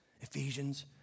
Ephesians